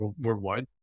worldwide